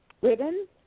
ribbon